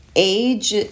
age